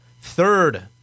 Third